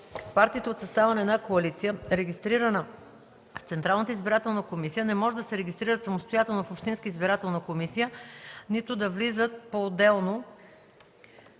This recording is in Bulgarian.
Партиите от състава на една коалиция, регистрирана в Централната избирателна комисия, не може да се регистрират самостоятелно в общинска избирателна комисия, нито да влизат поотделно,